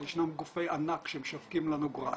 ישנם גופי ענק שמשווקים לנו גראס.